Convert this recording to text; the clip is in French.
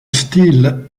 style